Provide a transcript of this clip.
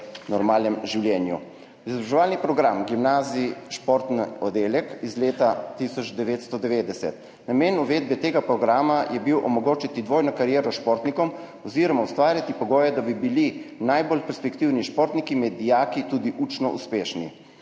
normalnem življenju. Izobraževalni program gimnazij – športni oddelek iz leta 1990. Namen uvedbe tega programa je bil omogočiti dvojno kariero športnikom oziroma ustvariti pogoje, da bi bili najbolj perspektivni športniki med dijaki tudi učno uspešni.